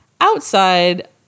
Outside